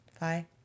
Bye